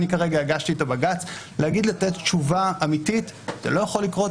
אני כרגע הגשתי את הבג"ץ לתת תשובה אמיתית: זה לא יכול לקרות,